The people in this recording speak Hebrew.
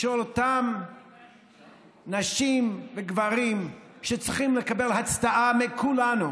שאותם נשים וגברים שצריכים לקבל הצדעה מכולנו,